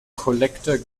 collector